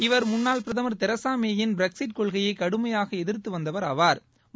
இவர் முன்னாள் பிரதமர் தெரசா மேயின் பிரக்ஸிட் கொள்கையை கடுமையாக எதிர்த்து வந்தவர் ஆவா்